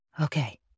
okay